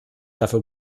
dafür